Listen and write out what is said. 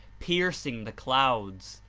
pierc ing the clouds.